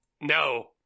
no